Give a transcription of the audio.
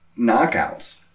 Knockouts